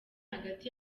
hagati